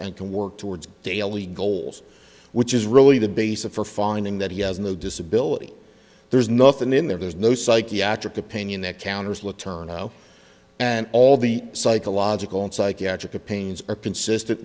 and can work towards daily goals which is really the basis for finding that he has no disability there's nothing in there there's no psychiatric opinion that counters will turn out and all the psychological and psychiatric opinions are consistent